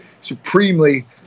supremely